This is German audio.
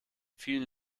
vielen